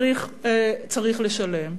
צריך לשלם".